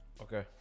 okay